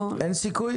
אין סיכוי?